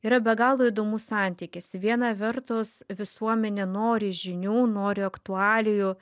yra be galo įdomus santykis vieną vertus visuomenė nori žinių nori aktualijų